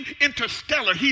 interstellar